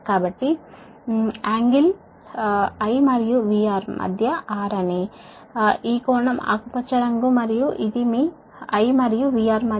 కాబట్టి మీ ఈ I మరియు VR మధ్య కోణం R అని పైన డయాగ్రమ్ లో ఈ కోణం ఆకుపచ్చ రంగు లో చూపించాము I మరియు VR మధ్య